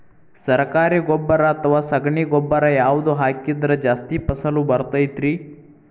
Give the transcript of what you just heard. ಸರಕಾರಿ ಗೊಬ್ಬರ ಅಥವಾ ಸಗಣಿ ಗೊಬ್ಬರ ಯಾವ್ದು ಹಾಕಿದ್ರ ಜಾಸ್ತಿ ಫಸಲು ಬರತೈತ್ರಿ?